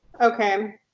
Okay